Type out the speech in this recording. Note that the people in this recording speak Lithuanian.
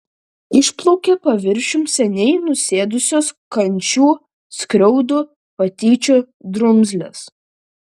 išplaukė paviršiun seniai nusėdusios kančių skriaudų patyčių drumzlės